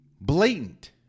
blatant